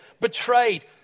betrayed